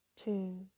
two